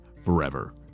forever